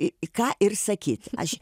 į į ką ir sakyti aš